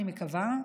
אני מקווה,